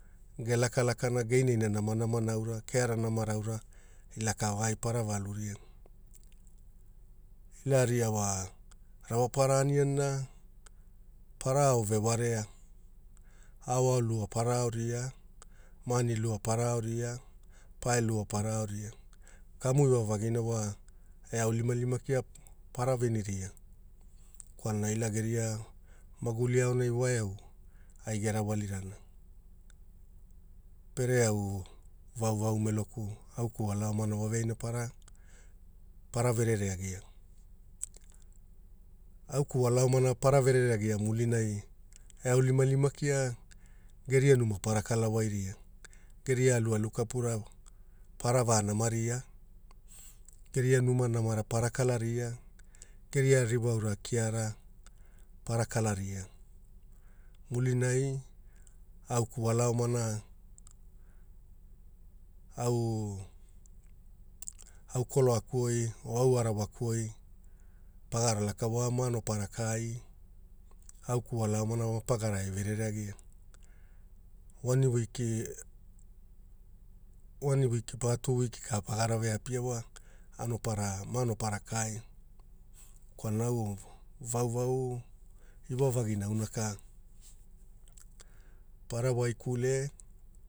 Gelakalakanagini ne namanamara aura keara namara aura lakawai para varuria learia wa raoapara anianinara parao ve varea aoao lua paraoria mani lua paraoria pae lua paraoria kamu iwavagina wa e aunilimalima kea para veniria kwalana ilageria magulia aonai weao ai erawalirana pere au vauvau meloku auku wala omana waveaina para verereagia auku wala omana para verereagia mulinai e aunilimalima kia geria alualu kapura para va namaria gereia numa para kala wairia geria alualu kapura gerkia numa para kalaria geria ririwa aura para kalaria mulinai auku wala omanai au koloaku, au arawaku pagara laka wa anopara kai au eku wala omana wa pagara verere agia wani wiki pa tu wiki ka pagara ve apia wa anoparai ma anopara kai vaovao iwavagi para waikule ela